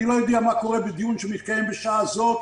אני לא יודע מה קורה בדיון שמתקיים בשעה הזאת.